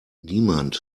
niemand